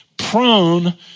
prone